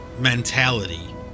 mentality